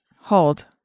hold